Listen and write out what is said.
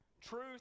Truth